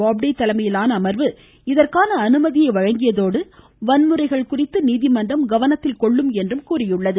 பாப்டே தலைமையிலான அமர்வு இதற்கான அனுமதியை வழங்கியதோடு வன்முறைகள் குறித்து நீதிமன்றம் கவனத்தில் கொள்ளும் என்றும் கூறியுள்ளது